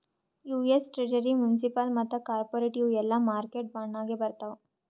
US treasury, municipal ಮತ್ತ corporate ಇವು ಎಲ್ಲಾ ಮಾರ್ಕೆಟ್ ಬಾಂಡ್ ನಾಗೆ ಬರ್ತಾವ್